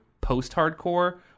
post-hardcore